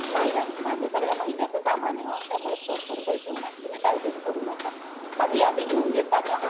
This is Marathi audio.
नाही नाही माझं सगळ्या महिन्याचं सामान आहे ओ त्यामुळे भरपूर पैसे होणार तुम्ही काळजीच करू नका माझी यादी लिहून घेता का